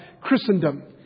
Christendom